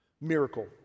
miracle